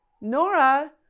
Nora